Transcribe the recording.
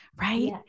Right